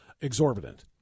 exorbitant